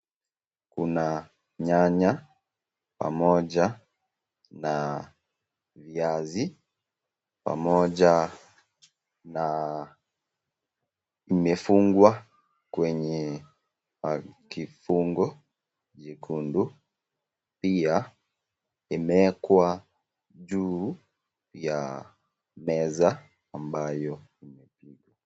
Kuna nyanya pamoja na viazi zimefungwa kwenye kifungo vyekundu pia imeekwa juu ya meza.